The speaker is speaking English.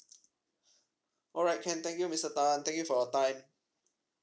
alright can thank you mister tan thank you for your time